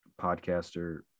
podcaster